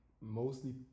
mostly